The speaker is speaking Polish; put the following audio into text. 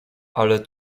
ale